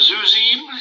Zuzim